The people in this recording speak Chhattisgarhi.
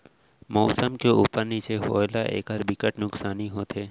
मउसम के उप्पर नीचे होए ले एखर बिकट नुकसानी होथे